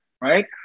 right